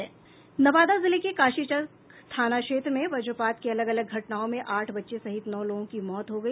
नवादा जिले के काशीचक थाना क्षेत्र में वज्रपात की अलग अलग घटनाओं में आठ बच्चे सहित नौ लोगों की मौत हो गई